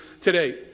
today